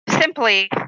simply